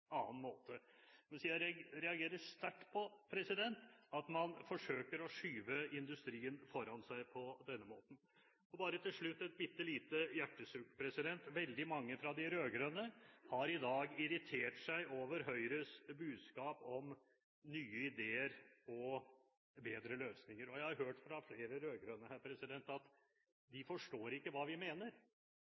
Men jeg reagerer sterkt på at man forsøker å skyve industrien foran seg på denne måten. Bare til slutt et bitte lite hjertesukk: Veldig mange fra de rød-grønne har i dag irritert seg over Høyres budskap om nye ideer og bedre løsninger. Jeg har hørt fra flere rød-grønne her at de forstår ikke hva vi mener.